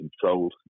controlled